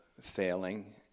failing